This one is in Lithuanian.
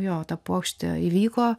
jo ta puokštė įvyko